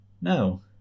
No